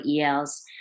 ELs